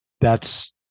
That's-